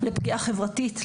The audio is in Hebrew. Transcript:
לפגיעה חברתית,